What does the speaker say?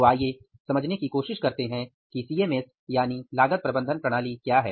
तो आइए समझने की कोशिश करते हैं कि सीएमएस लागत प्रबंधन प्रणाली क्या है